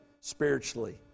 spiritually